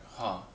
!huh!